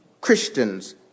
Christians